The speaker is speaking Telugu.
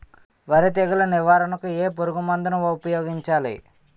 వరి తెగుల నివారణకు ఏ పురుగు మందు ను ఊపాయోగించలి?